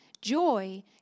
joy